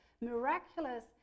miraculous